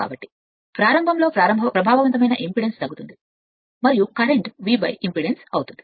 కాబట్టి ప్రారంభంలో ప్రభావవంతమైన ఇంపిడెన్స్ తగ్గుతోంది మరియు కరెంట్ కరెంట్ V ఇంపిడెన్స్ అవుతుంది